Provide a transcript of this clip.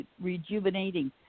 rejuvenating